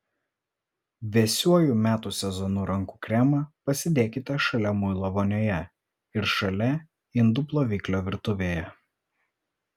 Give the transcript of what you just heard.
vėsiuoju metų sezonu rankų kremą pasidėkite šalia muilo vonioje ir šalia indų ploviklio virtuvėje